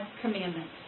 commandments